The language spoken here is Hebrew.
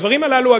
הדברים הללו,